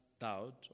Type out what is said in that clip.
doubt